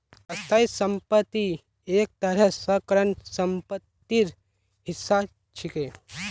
स्थाई संपत्ति एक तरह स करंट सम्पत्तिर हिस्सा छिके